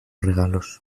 regalos